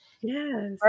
Yes